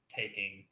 taking